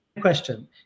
question